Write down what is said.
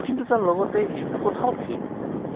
কিন্তু তাৰ লগতে এইটো কথাও ঠিক